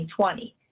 2020